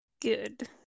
Good